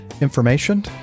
information